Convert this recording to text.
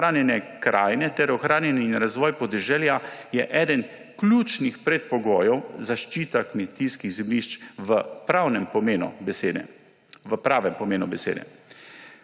ohranjanje krajine ter ohranjanje in razvoj podeželja je eden ključnih predpogojev zaščita kmetijskih zemljišč v pravnem pomenu besede.